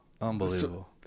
Unbelievable